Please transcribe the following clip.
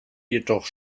jedoch